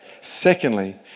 secondly